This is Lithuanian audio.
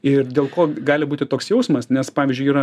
ir dėl ko gali būti toks jausmas nes pavyzdžiui yra